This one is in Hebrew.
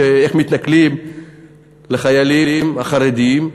איך מתנכלים לחיילים החרדים,